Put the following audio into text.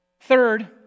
Third